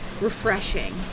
refreshing